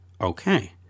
Okay